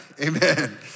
Amen